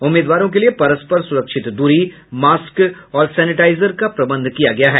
उम्मीदवारों के लिए परस्पर सुरक्षित दूरी मास्क और सेनेटाइजर का प्रबंध किया गया है